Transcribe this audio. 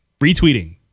retweeting